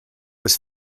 was